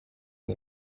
iri